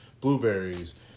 Blueberries